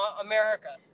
America